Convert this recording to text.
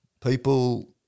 People